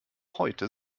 heute